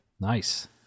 nice